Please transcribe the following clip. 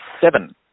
seven